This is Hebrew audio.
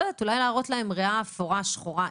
אולי להראות להם איך נראית ריאה אפורה או שחורה.